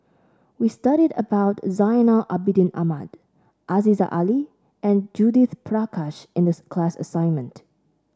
we studied about Zainal Abidin Ahmad Aziza Ali and Judith Prakash in the class assignment